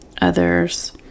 others